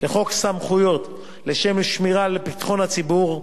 לחוק סמכויות לשם שמירה על ביטחון הציבור,